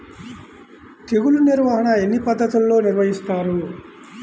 తెగులు నిర్వాహణ ఎన్ని పద్ధతులలో నిర్వహిస్తారు?